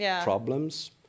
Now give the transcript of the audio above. problems